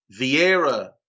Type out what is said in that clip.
Vieira